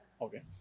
Okay